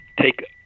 take